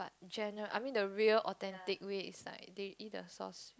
but gener~ I mean the real authentic way is like they eat the sauce